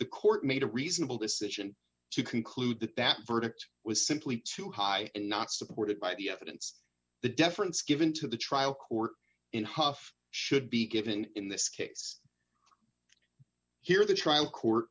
the court made a reasonable decision to conclude that that verdict was simply too high and not supported by the evidence the deference given to the trial court in huff should be given in this case here the trial court